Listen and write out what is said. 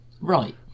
Right